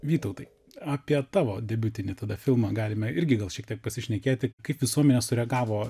vytautai apie tavo debiutinį tada filmą galime irgi gal šiek tiek pasišnekėti kaip visuomenė sureagavo